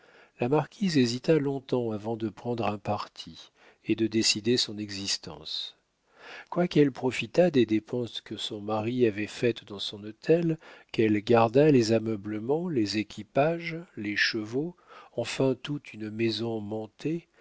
la marquise hésita long-temps avant de prendre un parti et de décider son existence quoiqu'elle profitât des dépenses que son mari avait faites dans son hôtel qu'elle gardât les ameublements les équipages les chevaux enfin toute une maison